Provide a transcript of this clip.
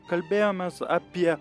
kalbėjomės apie